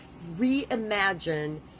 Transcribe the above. reimagine